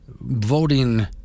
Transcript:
voting